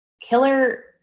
killer